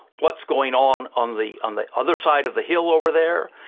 what's going on on the on the other side of the hill over there,